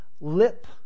lip